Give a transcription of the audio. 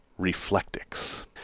Reflectix